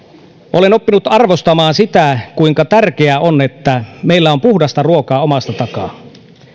olen oppinut arvostamaan sitä kuinka tärkeää on että meillä on puhdasta ruokaa omasta takaa